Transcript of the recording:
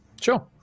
Sure